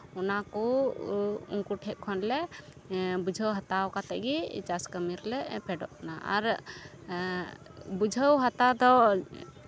ᱚᱱᱟᱠᱚ ᱩᱱᱠᱩ ᱴᱷᱮᱱ ᱠᱷᱚᱱᱞᱮ ᱵᱩᱡᱷᱟᱹᱣ ᱦᱟᱛᱟᱣ ᱠᱟᱛᱮᱫ ᱜᱮ ᱪᱟᱥ ᱠᱟᱹᱢᱤ ᱨᱮᱞᱮ ᱯᱷᱮᱰᱚᱜ ᱠᱟᱱᱟ ᱟᱨ ᱵᱩᱡᱷᱟᱹᱣ ᱦᱟᱛᱟᱣ ᱫᱚ